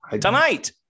tonight